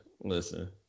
listen